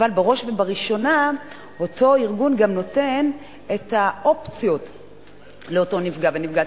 אבל בראש ובראשונה אותו ארגון גם נותן את האופציות לאותו נפגע או נפגעת.